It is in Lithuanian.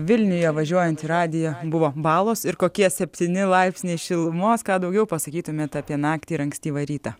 vilniuje važiuojant į radiją buvo balos ir kokie septyni laipsniai šilumos ką daugiau pasakytumėt apie naktį ir ankstyvą rytą